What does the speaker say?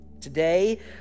Today